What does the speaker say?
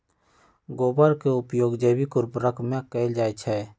गोबर के उपयोग जैविक उर्वरक में कैएल जाई छई